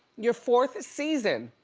your fourth season.